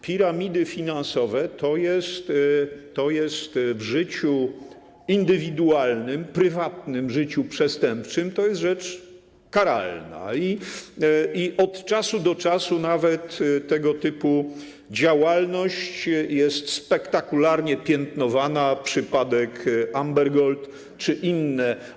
Piramidy finansowe w życiu indywidualnym, prywatnym życiu przestępczym to rzecz karalna i od czasu do czasu nawet tego typu działalność jest spektakularnie piętnowana: przypadek Amber Gold czy inne.